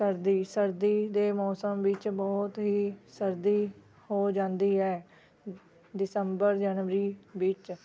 ਸਰਦੀ ਸਰਦੀ ਦੇ ਮੌਸਮ ਵਿੱਚ ਬਹੁਤ ਹੀ ਸਰਦੀ ਹੋ ਜਾਂਦੀ ਹੈ ਦਿਸੰਬਰ ਜਨਵਰੀ ਵਿੱਚ